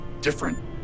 different